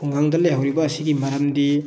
ꯈꯨꯡꯒꯪꯗ ꯂꯩꯍꯧꯔꯤꯕ ꯑꯁꯤꯒꯤ ꯃꯔꯝꯗꯤ